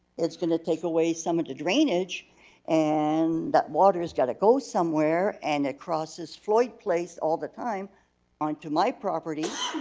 it's gonna take away some of the drainage and that water's gotta go somewhere and it crosses floyd place all the time onto my property.